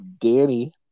Danny